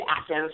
active